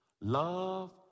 love